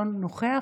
אינו נוכח,